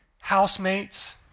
housemates